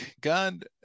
God